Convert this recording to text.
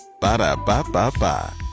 Ba-da-ba-ba-ba